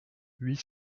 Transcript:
huit